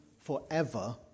forever